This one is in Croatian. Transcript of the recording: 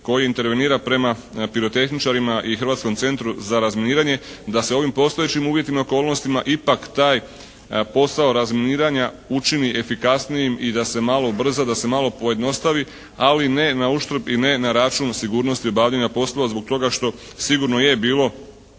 koji intervenira prema pirotehničarima i Hrvatskom centru za razminiranje da se u ovim postojećim uvjetima i okolnostima ipak taj posao razminiranja učini efikasnijim i da se malo ubrza, da se malo pojednostavi, ali ne na uštrb i ne na račun sigurnosti obavljanja poslova zbog toga što sigurno je bilo